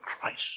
Christ